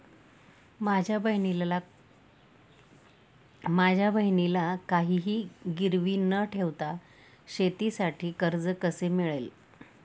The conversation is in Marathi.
माझ्या बहिणीला काहिही गिरवी न ठेवता शेतीसाठी कर्ज कसे मिळेल?